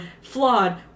flawed